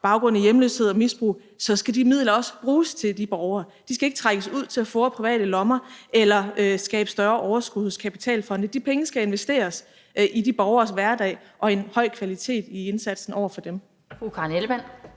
baggrund i hjemløshed og misbrug, så skal de midler også bruges til de borgere. De skal ikke trækkes ud til at fore private lommer eller skabe større overskud hos kapitalfonde. De penge skal investeres i de borgeres hverdag og i en høj kvalitet i indsatsen over for dem.